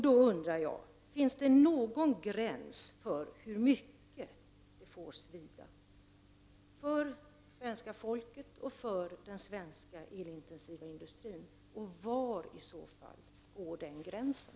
Då undrar jag: Finns det någon gräns för hur mycket det får svida för svenska folket och för den svenska elintensiva industrin? Var i så fall går den gränsen?